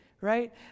right